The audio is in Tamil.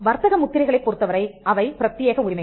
வர்த்தக முத்திரைகளைப் பொறுத்தவரை அவை பிரத்தியேக உரிமைகள்